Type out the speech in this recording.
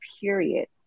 period